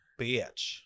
bitch